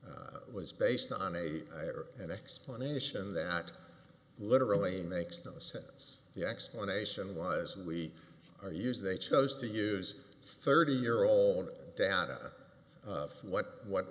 chain was based on a an explanation that literally makes no sense the explanation was weak or use they chose to use thirty year old data from what what